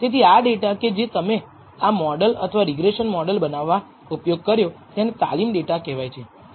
તેથી આ ડેટા કે જે તમે આ મોડલ અથવા રિગ્રેસન મોડલ બનાવવા ઉપયોગ કર્યો તેને તાલીમ ડેટા કહેવાય છે